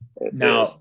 now